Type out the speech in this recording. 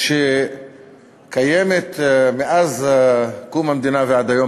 שקיימת מאז קום המדינה ועד היום,